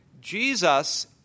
Jesus